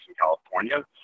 California